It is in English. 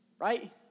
right